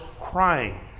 crying